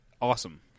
awesome